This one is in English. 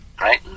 right